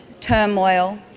turmoil